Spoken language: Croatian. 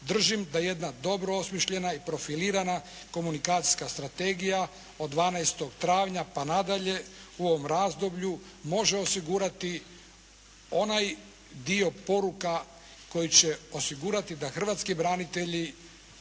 Držim da jedna dobro osmišljena i profilirana komunikacijska strategija od 12. travnja pa na dalje u ovom razdoblju može osigurati onaj dio poruka koji će osigurati da hrvatski branitelji